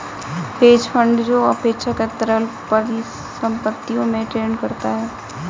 hedge fund जो अपेक्षाकृत तरल परिसंपत्तियों में ट्रेड करता है